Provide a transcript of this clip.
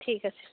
ঠিক আছে